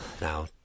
now